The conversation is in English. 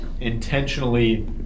intentionally